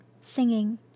singing